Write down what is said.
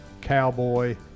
cowboy